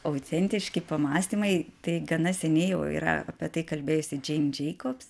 autentiški pamąstymai tai gana seniai jau yra apie tai kalbėjusi džein džeikobs